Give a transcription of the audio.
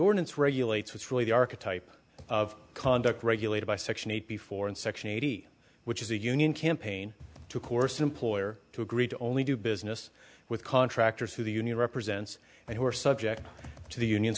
ordinance regulates what's really the archetype of conduct regulated by section eight before in section eighty which is a union campaign to course employer to agree to only do business with contractors who the union represents and who are subject to the union